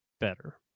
better